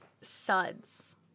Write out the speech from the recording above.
suds